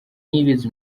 niyibizi